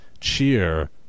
cheer